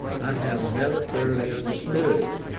i have never thoroughly understood.